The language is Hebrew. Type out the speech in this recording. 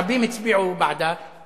רבים הצביעו בעדה,